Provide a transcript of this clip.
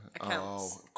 accounts